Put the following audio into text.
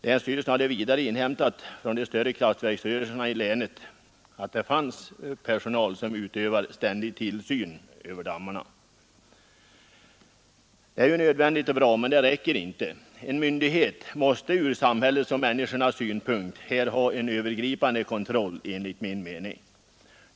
Länsstyrelsen hade vidare inhämtat från de större kraftverksrörelserna i länet att det finns personal som utövar ständig tillsyn över dammarna. Detta är ju nödvändigt och bra men det räcker inte. En myndighet måste från samhällets och människornas synpunkt ha en övergripande kontroll enligt min mening.